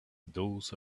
those